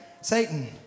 Satan